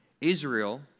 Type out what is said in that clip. Israel